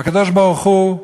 הקדוש-ברוך-הוא,